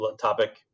topic